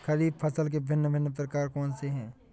खरीब फसल के भिन भिन प्रकार कौन से हैं?